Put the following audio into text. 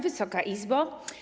Wysoka Izbo!